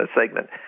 segment